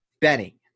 Benny